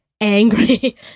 angry